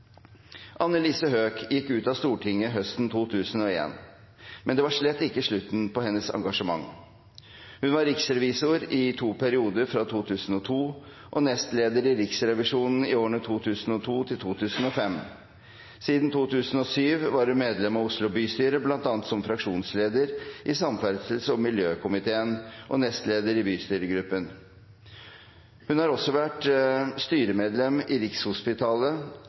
gruppen. Annelise Høegh gikk ut av Stortinget høsten 2001, men det var slett ikke slutten på hennes engasjement. Hun var riksrevisor i to perioder fra 2002 og nestleder i Riksrevisjonen i årene 2002–2005. Siden 2007 var hun medlem av Oslo bystyre, bl.a. som fraksjonsleder i samferdsels- og miljøkomiteen og nestleder i bystyregruppen. Hun har også vært styremedlem i Rikshospitalet